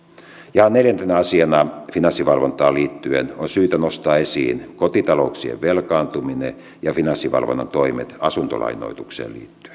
ja neljäntenä asiana finanssivalvontaan liittyen on syytä nostaa esiin kotitalouksien velkaantuminen ja finanssivalvonnan toimet asuntolainoitukseen liittyen